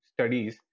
studies